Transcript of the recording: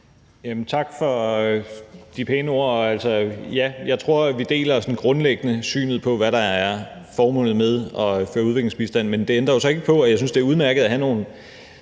Tak for de pæne ord. Ja, jeg tror, vi sådan grundlæggende deler synet på, hvad der er formålet med at give udviklingsbistand. Men det ændrer jo så ikke på, at jeg synes, det er udmærket, når